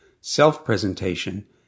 self-presentation